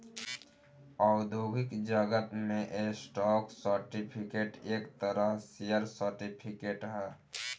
औद्योगिक जगत में स्टॉक सर्टिफिकेट एक तरह शेयर सर्टिफिकेट ह